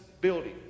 building